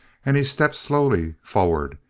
and he stepped slowly forward,